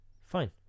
fine